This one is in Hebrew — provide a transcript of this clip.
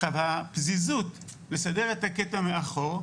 עכשיו הפזיזות לסדר את הקטע מאחור,